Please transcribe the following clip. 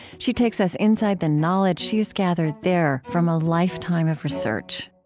she takes us inside the knowledge she's gathered there from a lifetime of research